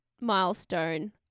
milestone